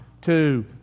two